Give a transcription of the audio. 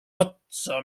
otsa